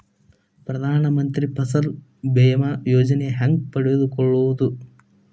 ಪ್ರಧಾನ ಮಂತ್ರಿ ಫಸಲ್ ಭೇಮಾ ಯೋಜನೆ ಹೆಂಗೆ ಪಡೆದುಕೊಳ್ಳುವುದು?